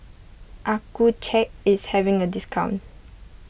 Accucheck is having a discount